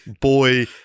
boy